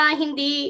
hindi